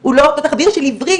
הוא לא אותו תחביר של עברית.